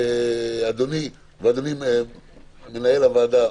אדוני, ומנהל הוועדה,